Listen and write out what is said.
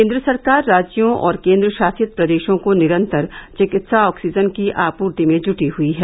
केंद्र सरकार राज्यों और केंद्र शासित प्रदेशों को निरंतर चिकित्सा ऑक्सीजन की आपूर्ति में जुटी हुई है